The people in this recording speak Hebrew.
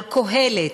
על "קהלת",